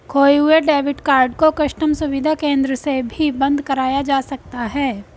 खोये हुए debit card को कस्टम सुविधा केंद्र से भी बंद कराया जा सकता है